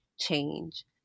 change